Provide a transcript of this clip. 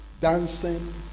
dancing